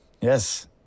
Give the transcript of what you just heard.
Yes